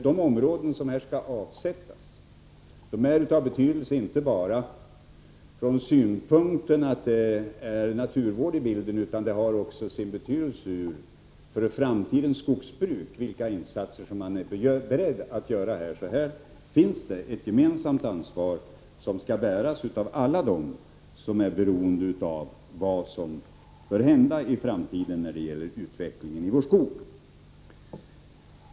De områden som här skall avsättas är av betydelse inte bara från synpunkten att naturvården är berörd, utan också från det framtida skogsbrukets synpunkt. Det gäller vilka insatser man är beredd att göra. Här finns alltså ett ansvar som skall bäras gemensamt av alla dem som är beroende av vad som bör hända i framtiden när det gäller utvecklingen i vår skog.